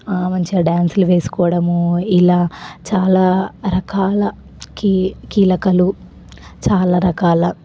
మంచిగా డ్యాన్సులు వేసుకోవడము ఇలా చాలా రకాల కి కిలకలు చాలా రకాల